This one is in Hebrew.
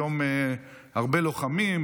היום הרבה לוחמים,